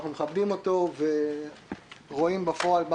אנחנו מכבדים אותו ורואים בפועל מה